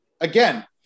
again